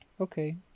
Okay